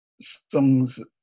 songs